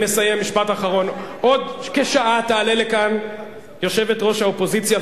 עוד כשעה תעלה לכאן יושבת-ראש האופוזיציה,